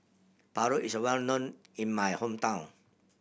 paru is a well known in my hometown